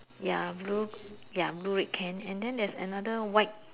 ya blue ya blue red can and then there is another white